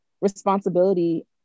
responsibility